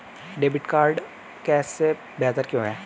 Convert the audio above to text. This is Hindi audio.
डेबिट कार्ड कैश से बेहतर क्यों है?